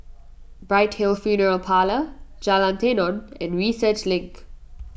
Bright Hill Funeral Parlour Jalan Tenon and Research Link